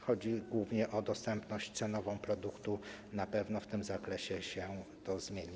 Chodzi głównie o dostępność cenową produktu i na pewno w tym zakresie to się zmieni.